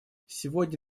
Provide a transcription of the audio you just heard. сегодня